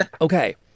okay